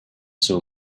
saw